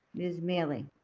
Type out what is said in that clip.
ms. miele? and